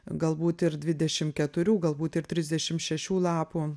galbūt ir dvidešim keturių galbūt ir trisdešim šešių lapų